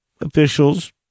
Officials